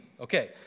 Okay